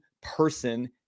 person